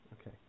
Okay